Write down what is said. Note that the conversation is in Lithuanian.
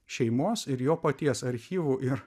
šeimos ir jo paties archyvų ir